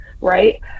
right